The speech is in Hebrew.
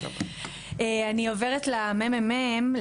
אני עוברת לממ"מ,